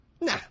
nah